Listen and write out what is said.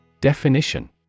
Definition